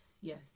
yes